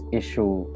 issue